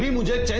i mean will jail